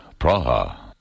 Praha